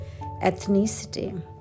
Ethnicity